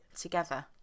together